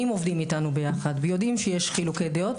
עובדים איתנו ביחד ויודעים שיש חילוקי דעות,